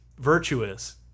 virtuous